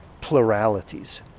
pluralities